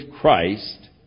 Christ